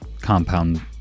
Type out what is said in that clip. compound